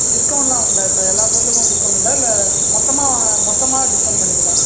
டிஸ்கவுண்ட்டுலாம் உண்டா இப்போ எல்லா பொருளுக்கும் டிஸ்கவுண்ட் உண்டா இல்லை மொத்தமாக வாங்க மொத்தமாக டிஸ்கவுண்ட் பண்ணுவீங்களா